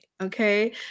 Okay